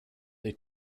they